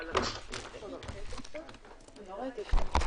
הישיבה ננעלה בשעה